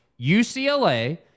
UCLA